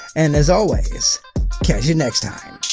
and as always, catch ya next time.